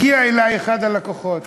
הגיע אלי אחד הלקוחות,